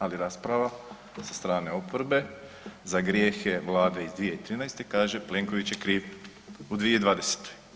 Ali rasprava sa strane oporbe za grijehe Vlade iz 2013. kaže Plenković je kriv u 2020.